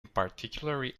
particularly